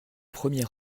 premier